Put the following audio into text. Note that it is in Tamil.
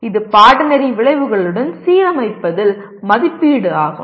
இது பாடநெறி விளைவுகளுடன் சீரமைப்பதில் மதிப்பீடு ஆகும்